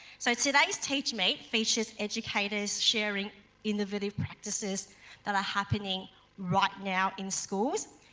so, today's teachmeet features educators sharing innovative practices that are happening right now in schools.